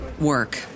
Work